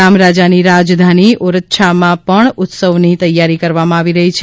રામ રાજાની રાજધાની ઓ રછામાં પણ ઉત્સવની તૈયારી કરવામાં આવી રહી છે